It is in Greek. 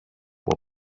που